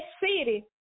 city